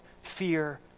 fear